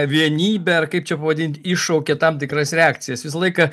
vienybė ar kaip čia pavadint iššaukia tam tikras reakcijas visą laiką